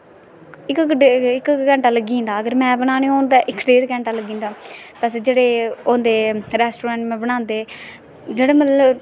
इक इक घैंटा लग्गी जंदा अगर में बनाने होन तां इक डेड़ घैंटा लग्गी जंदा अस ओह् जेह्ड़े रैस्टोरैंट बनांदे जेह्ड़े मतलब